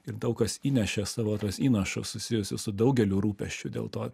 ir daug kas įnešė savo tuos įnašus susijusius su daugeliu rūpesčių dėl to